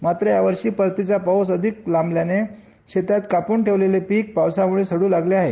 मात्र यावर्षी परतीचा पाऊस अधिक लाभल्याने शेतात कापून ठेवलेले पीक पावसामुळे सडू लागले आहे